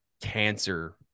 cancer